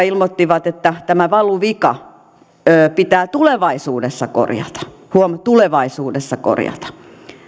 ilmoittivat että tämä valuvika pitää tulevaisuudessa korjata huom tulevaisuudessa korjata